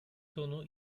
tonu